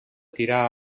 tirar